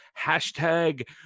Hashtag